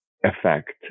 effect